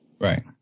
Right